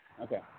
Okay